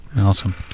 Awesome